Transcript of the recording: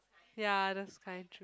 ya those kind true